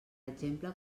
exemple